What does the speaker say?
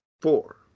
four